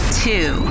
two